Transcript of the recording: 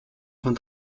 von